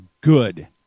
good